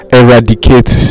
eradicate